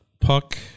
Puck